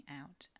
out